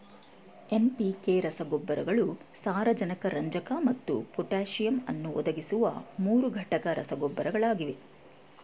NPK ರಸಗೊಬ್ಬರಗಳು ಸಾರಜನಕ ರಂಜಕ ಮತ್ತು ಪೊಟ್ಯಾಸಿಯಮ್ ಅನ್ನು ಒದಗಿಸುವ ಮೂರುಘಟಕ ರಸಗೊಬ್ಬರಗಳಾಗಿವೆ